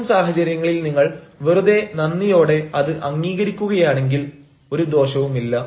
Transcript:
അത്തരം സാഹചര്യങ്ങളിൽ നിങ്ങൾ വെറുതെ നന്ദിയോടെ അത് അംഗീകരിക്കുകയാണെങ്കിൽ ഒരു ദോഷവുമില്ല